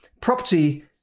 property